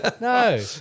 No